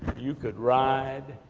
you could ride